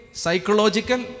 psychological